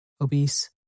obese